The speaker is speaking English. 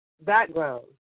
background